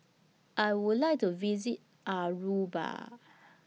I Would like to visit Aruba